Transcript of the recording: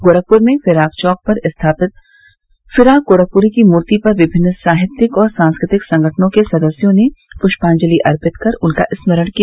गोरखपुर में फिराक चौक पर स्थापित फिराक गोरखपुरी की मूर्ति पर विभिन्न साहित्यिक और सांस्कृतिक संगठनों के सदस्यों ने पुष्पांजलि अर्पित कर उनका स्मरण किया